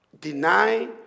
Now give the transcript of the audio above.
Deny